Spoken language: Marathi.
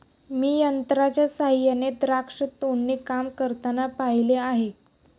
मी यंत्रांच्या सहाय्याने द्राक्ष तोडणी काम करताना पाहिले आहे